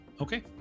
Okay